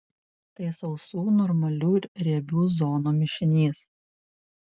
tai sausų normalių ir riebių zonų mišinys